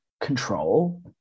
control